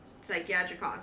Psychiatric